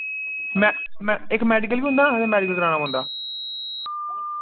में में इक मैडिकल बी होंदा ना मैडिकल कराना पौंदा